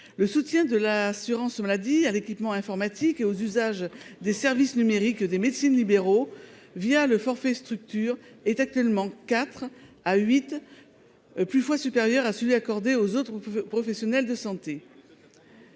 Le soutien de l'assurance maladie à l'équipement informatique et aux usages des services numériques des médecins libéraux, le forfait structure, est actuellement quatre à huit fois supérieur à celui qui est accordé aux autres professionnels de santé.